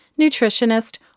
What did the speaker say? nutritionist